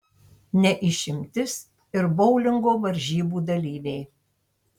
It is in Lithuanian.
ne išimtis ir boulingo varžybų dalyviai